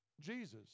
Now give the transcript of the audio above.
Jesus